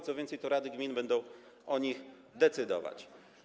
Co więcej, to rady gmin będą o nich decydować.